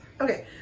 Okay